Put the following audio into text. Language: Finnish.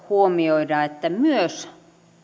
huomioida että myös